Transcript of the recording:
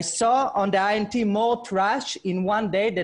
I saw more trash in one day on the INT than